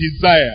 desire